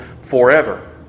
forever